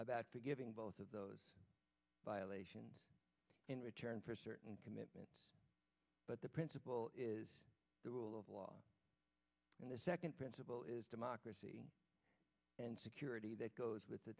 about giving both of those violations in return for certain commitments but the principle is the rule of law and the second principle is democracy and security that goes with a